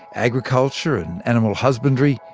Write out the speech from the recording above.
agriculture and animal husbandry,